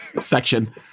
section